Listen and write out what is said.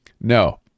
no